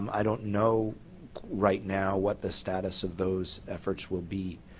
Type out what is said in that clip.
um i don't know right now what the status of those efforts will be.